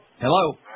Hello